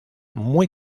muy